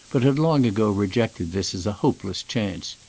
but had long ago rejected this as a hopeless chance.